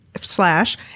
slash